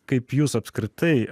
kaip jūs apskritai